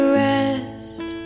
rest